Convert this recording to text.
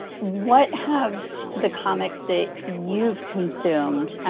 what have the comics that you've consumed,